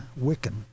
wiccan